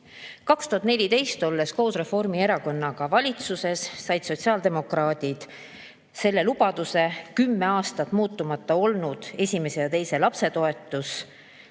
2014, olles koos Reformierakonnaga valitsuses, said sotsiaaldemokraadid loa kümme aastat muutumatuna püsinud esimese ja teise lapse toetust